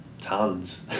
tons